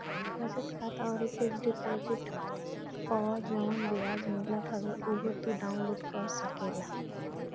बचत खाता अउरी फिक्स डिपोजिट पअ जवन बियाज मिलत हवे उहो तू डाउन लोड कर सकेला